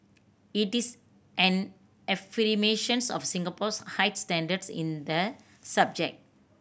it is an affirmation of Singapore's high standards in the subject